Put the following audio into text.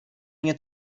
nie